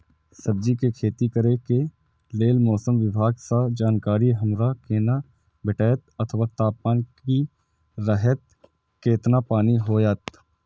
सब्जीके खेती करे के लेल मौसम विभाग सँ जानकारी हमरा केना भेटैत अथवा तापमान की रहैत केतना पानी होयत?